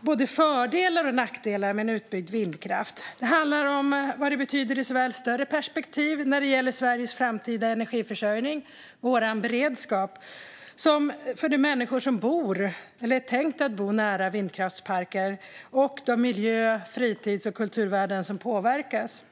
både fördelar och nackdelar med en utbyggd vindkraft. Det handlar om vad det betyder såväl i ett större perspektiv, när det gäller Sveriges framtida energiförsörjning och vår beredskap, som för de människor som bor eller kommer att bo nära vindkraftsparker och för de miljö-, fritids och kulturvärden som påverkas.